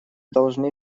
должны